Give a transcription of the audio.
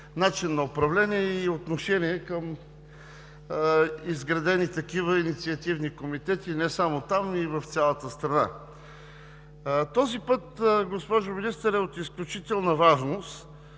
начин на управление и отношение към изградени такива инициативни комитети не само там, но и в цялата страна. Госпожо Министър, този път е от изключителна важност.